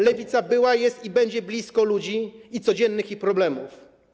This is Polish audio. Lewica była, jest i będzie blisko ludzi i codziennych ich problemów.